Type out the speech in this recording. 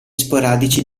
sporadici